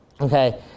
Okay